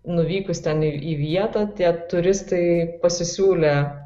nuvykus ten į į vietą tie turistai pasisiūlė